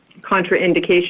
contraindication